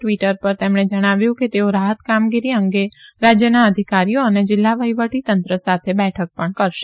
Twitter પર તેમણે જણાવ્યું કે તેઓ રાફત કામગીરી અંગે રાજયના અધિકારીઓ અને જીલ્લા વહીવટીતંત્ર સાથે બેઠક પણ કરશે